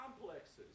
complexes